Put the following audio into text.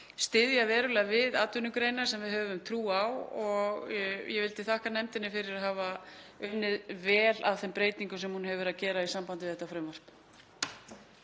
styðja verulega við atvinnugreinar sem við höfum trú á. Ég vildi þakka nefndinni fyrir að hafa unnið vel að þeim breytingum sem hún hefur verið að gera í sambandi við þetta frumvarp.